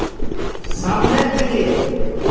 সামনের দিকে